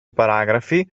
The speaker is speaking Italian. paragrafi